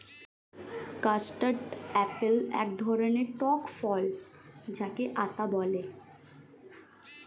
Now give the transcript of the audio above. custard apple এক ধরণের টক ফল যাকে আতা বলে